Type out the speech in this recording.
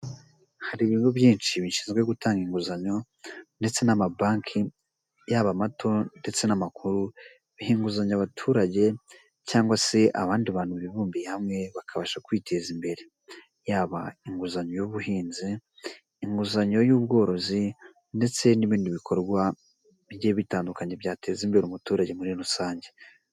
Hari ibigo byinshi bishinzwe gutanga inguzanyo ndetse n'amabanki, yaba amato ndetse n'amakuru biha inguzanyo abaturage cyangwa se abandi bantu bibumbiye hamwe bakabasha kwiteza imbere, yaba inguzanyo y'ubuhinzi, inguzanyo y'ubworozi ndetse n'ibindi bikorwa bigiye bitandukanye byateza imbere umuturage muri rusange.